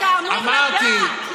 אתה אמור לדעת.